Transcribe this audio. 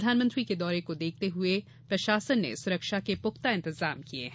प्रधानमंत्री के दौरे को देखते हुए प्रशासन ने पुख्ता इंतजाम किये हैं